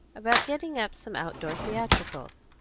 about getting up some outdoor theatricals,